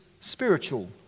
spiritual